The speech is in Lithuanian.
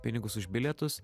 pinigus už bilietus